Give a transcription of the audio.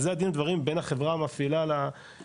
אז זה דין ודברים בין החברה המפעילה לדיירים,